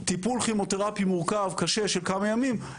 טיפול כימותרפי מורכב קשה של כמה ימים,